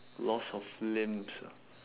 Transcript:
loss of limbs ah